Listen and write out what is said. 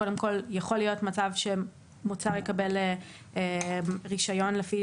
קודם כל יכול להיות מצב שמוצר יקבל רישיון לפי